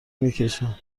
میکشن